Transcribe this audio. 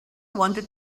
wanted